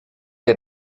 der